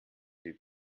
sie